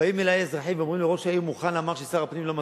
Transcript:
באים אלי אזרחים ואומרים לי: ראש העיר מוכן ואמר ששר הפנים לא מסכים.